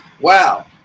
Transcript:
wow